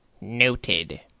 Noted